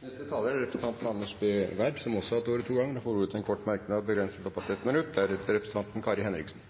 Representanten Anders B. Werp har hatt ordet to ganger tidligere og får ordet til en kort merknad, begrenset til 1 minutt.